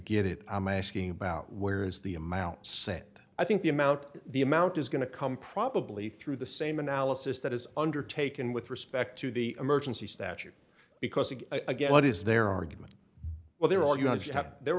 it i'm asking about where is the amount sent i think the amount the amount is going to come probably through the same analysis that is undertaken with respect to the emergency statute because again what is their argument well they're all you have to have their